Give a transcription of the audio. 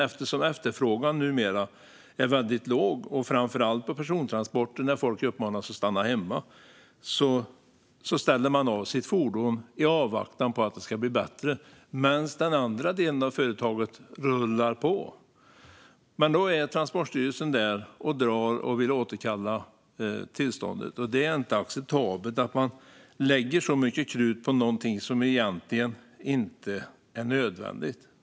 Eftersom efterfrågan numera är väldigt låg, framför allt på persontransporter då folk uppmanas att stanna hemma, ställer man av sitt fordon i avvaktan på att det ska bli bättre medan den andra delen av företaget rullar på. Men då är Transportstyrelsen där och drar och vill återkalla tillståndet. Det är inte acceptabelt att lägga så mycket krut på något som egentligen inte är nödvändigt.